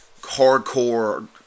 hardcore